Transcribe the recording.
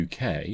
uk